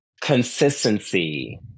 consistency